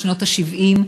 בשנות ה-70,